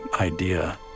idea